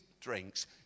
drinks